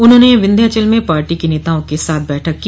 उन्होंने विन्ध्याचल में पार्टी के नेताओं के साथ बैठक की